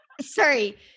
sorry